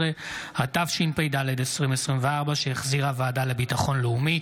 12), התשפ"ד 2024, שהחזירה הוועדה לביטחון לאומי.